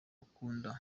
dukunda